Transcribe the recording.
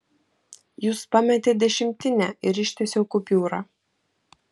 jūs pametėt dešimtinę ir ištiesiau kupiūrą